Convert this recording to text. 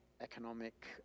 economic